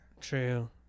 True